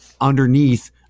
underneath